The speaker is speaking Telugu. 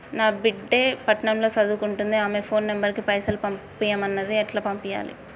నా బిడ్డే పట్నం ల సదువుకుంటుంది ఆమె ఫోన్ నంబర్ కి పైసల్ ఎయ్యమన్నది ఎట్ల ఎయ్యాలి?